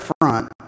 front